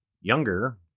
younger